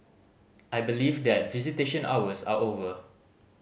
I believe that visitation hours are over